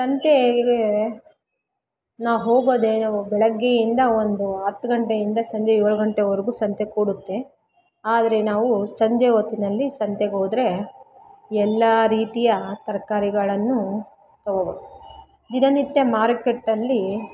ಸಂತೆಗೆ ನಾವು ಹೋಗೋದೇ ಬೆಳಗ್ಗೆಯಿಂದ ಒಂದು ಹತ್ತು ಗಂಟೆಯಿಂದ ಸಂಜೆ ಏಳು ಗಂಟೆವರೆಗೂ ಸಂತೆ ಕೂಡುತ್ತೆ ಆದರೆ ನಾವು ಸಂಜೆ ಹೊತ್ತಿನಲ್ಲಿ ಸಂತೆಗೋದರೆ ಎಲ್ಲ ರೀತಿಯ ತರಕಾರಿಗಳನ್ನು ತೊಗೊಬೋದು ದಿನನಿತ್ಯ ಮಾರುಕಟ್ಟೆಲ್ಲಿ